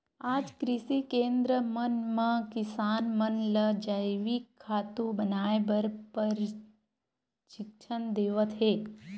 आज कृषि केंद्र मन म किसान मन ल जइविक खातू बनाए बर परसिक्छन देवत हे